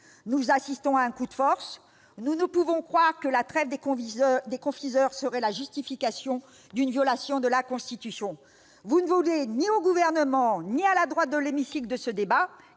Nous assistons à un coup de force. Nous ne pouvons croire que « la trêve des confiseurs » serait la justification d'une violation de la Constitution. Vous ne voulez, ni au Gouvernement ni à la droite de l'hémicycle, de ce débat,